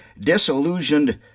disillusioned